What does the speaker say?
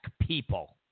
people